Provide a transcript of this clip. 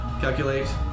Calculate